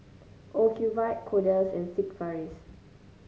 Ocuvite Kordel's and Sigvaris